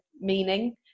meaning